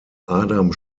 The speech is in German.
adam